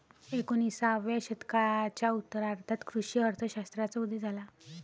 एकोणिसाव्या शतकाच्या उत्तरार्धात कृषी अर्थ शास्त्राचा उदय झाला